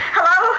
Hello